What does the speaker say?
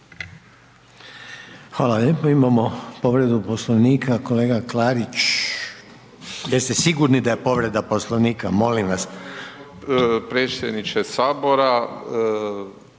Hvala lijepo. Imamo povredu Poslovnika, kolega Klarić. Jeste sigurni da je povreda Poslovnika, molim vas?